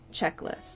checklist